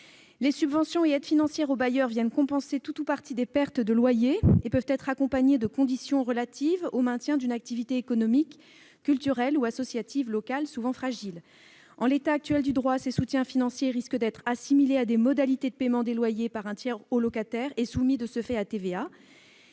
Les subventions et aides financières aux bailleurs viennent compenser tout ou partie des pertes de loyers et peuvent être accompagnées de conditions relatives au maintien d'une activité économique, culturelle ou associative locale souvent fragile. En l'état actuel du droit, ces soutiens financiers risquent d'être assimilés à des modalités de paiement des loyers par un tiers au locataire et soumis de ce fait à la TVA.